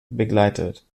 begleitet